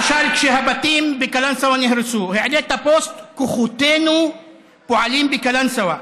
למשל כשהבתים בקלנסווה נהרסו העלית פוסט: כוחותינו פועלים בקלנסווה.